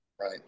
Right